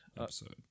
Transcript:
episode